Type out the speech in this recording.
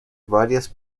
varias